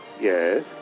Yes